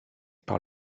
par